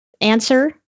Answer